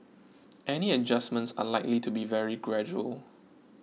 any adjustments are likely to be very gradual